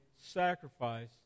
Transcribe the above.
sacrifice